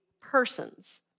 persons